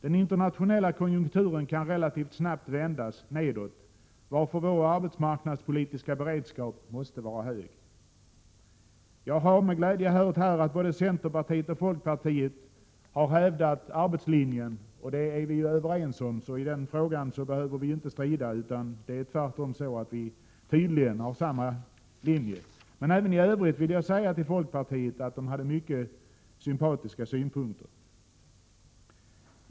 Den internationella konjunkturen kan relativt snabbt vändas nedåt, varför vår arbetsmarknadspolitiska beredskap måste vara hög. Jag har med glädje hört här att både centerpartiet och folkpartiet har hävdat arbetslinjen. Där är vi överens, så i den frågan behöver vi inte strida, utan vi är tvärtom tydligen inne på samma linje. Till folkpartiets företrädare vill jag säga att folkpartiet även i övrigt hade mycket sympatiska synpunkter.